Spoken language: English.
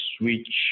switch